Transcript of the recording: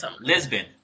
Lisbon